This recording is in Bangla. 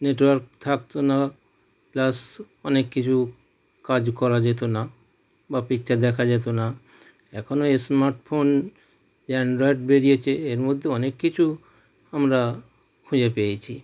নেটওয়ার্ক থাকতো না প্লাস অনেক কিছু কাজ করা যেতো না বা পিকচার দেখা যেতো না এখন স্মার্টফোন অ্যাণ্ড্রয়েড বেরিয়েছে এর মধ্যে অনেক কিছু আমরা খুঁজে পেয়েছি